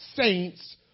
saints